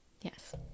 Yes